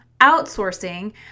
outsourcing